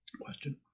Question